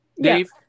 Dave